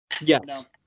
Yes